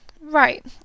right